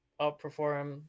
outperform